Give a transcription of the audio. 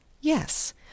Yes